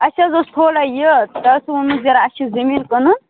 اَسہِ حظ اوس تھوڑا یہِ تۄہہِ اوسُو ونمُت زہرہ اَسہِ چھُ زٔمیٖن کٕنُن